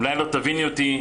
אולי לא תביני אותי.